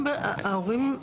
ההורים,